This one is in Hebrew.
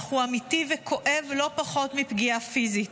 אך הוא אמיתי וכואב לא פחות מפגיעה פיזית.